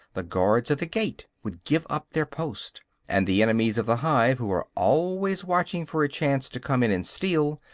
the guards at the gate would give up their post and the enemies of the hive, who are always watching for a chance to come in and steal,